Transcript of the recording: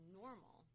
normal